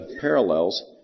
parallels